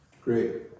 Great